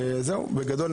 בגדול,